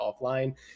offline